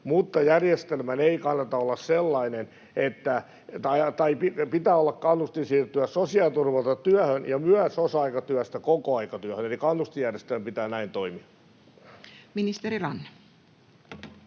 mutta järjestelmässä pitää olla kannustin siirtyä sosiaaliturvalta työhön ja myös osa-aikatyöstä kokoaikatyöhön. Eli kannustinjärjestelmän pitää näin toimia. [Speech 274]